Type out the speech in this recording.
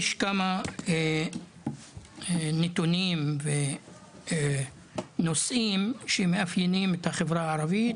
יש כמה נתונים ונושאים שמאפיינים את החברה הערבית,